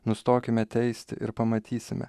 nustokime teisti ir pamatysime